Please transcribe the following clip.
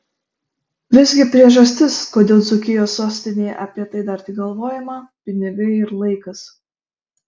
visgi priežastis kodėl dzūkijos sostinėje apie tai dar tik galvojama pinigai ir laikas